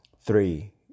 three